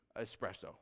Espresso